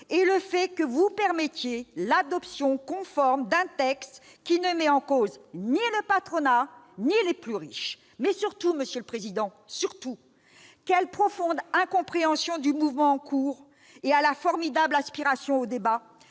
et le fait que vous permettiez l'adoption conforme d'un texte qui ne met en cause ni le patronat ni les plus riches. Mais, surtout, quelle profonde incompréhension du mouvement en cours et à la formidable aspiration au débat,